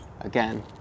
again